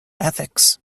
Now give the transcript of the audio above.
ethics